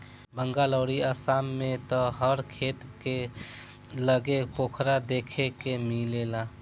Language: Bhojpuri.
बंगाल अउरी आसाम में त हर खेत के लगे पोखरा देखे के मिलेला